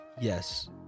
Yes